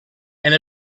and